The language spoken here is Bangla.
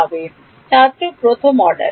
ছাত্র প্রথম অর্ডার